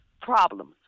problems